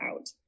out